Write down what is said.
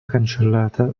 cancellata